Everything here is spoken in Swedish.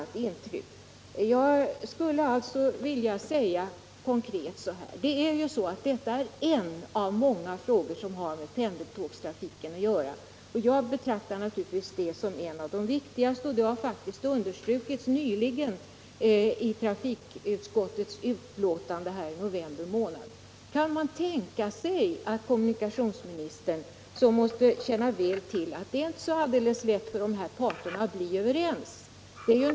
De uttalanden som departementschefen gör i dag ger inte något annat intryck. Detta är en av många frågor som har med pendeltågstrafiken att göra. Jag betraktar den som en av de viktigaste trafikfrågorna. Det underströk faktiskt också trafikutskottet i sitt betänkande i november månad förra året. Kommunikationsministern måste känna väl till att det inte är så alldeles lätt för parterna att komma överens.